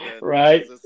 right